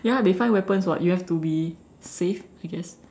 ya they find weapons [what] you have to be safe I guess